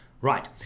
right